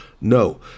No